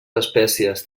espècies